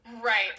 Right